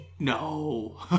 No